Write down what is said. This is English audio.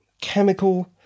chemical